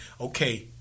okay